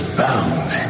bound